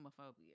homophobia